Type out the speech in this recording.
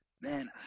man